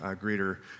greater